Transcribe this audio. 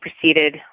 proceeded